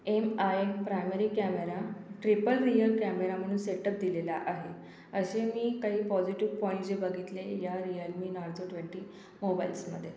M I primary camera triple rear camera म्हणून setup दिलेला आहे असे मी काही पॉजिटिव पॉईंट्स जे बघितले या रिअल मी नॉरजो ट्वेंटी मोबाइल्समध्ये